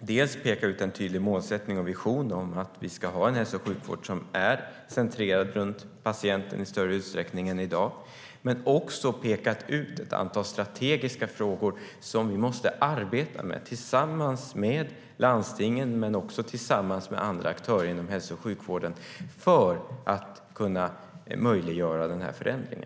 dels genom att peka ut ett tydligt mål och en vision om att hälso och sjukvården i större utsträckning än i dag ska vara centrerad runt patienten, dels genom att peka ut ett antal strategiska frågor som vi måste arbeta med tillsammans med landstingen och andra aktörer inom hälso och sjukvården för att få en förändring.